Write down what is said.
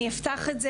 אני אפתח את זה,